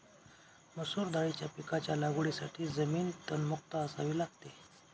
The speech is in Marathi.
मसूर दाळीच्या पिकाच्या लागवडीसाठी जमीन तणमुक्त असावी लागते